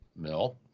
mill